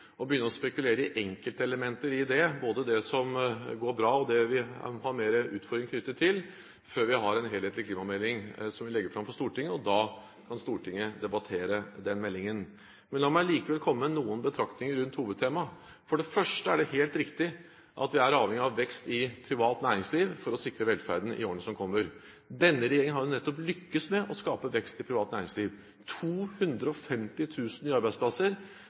begynne å spekulere i enkeltelementer i det, både det som går bra, og det vi har flere utfordringer knyttet til, før vi har en helhetlig klimamelding som vi legger fram for Stortinget. Da kan Stortinget debattere den meldingen. Men la meg likevel komme med noen betraktninger rundt hovedtemaet. For det første er det helt riktig at vi er avhengige av vekst i privat næringsliv for å sikre velferden i årene som kommer. Denne regjeringen har jo nettopp lyktes med å skape vekst i privat næringsliv. 250 000 nye arbeidsplasser,